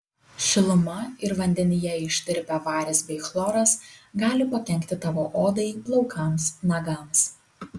šiluma ir vandenyje ištirpę varis bei chloras gali pakenkti tavo odai plaukams nagams